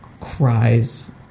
cries